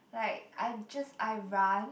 like I just I run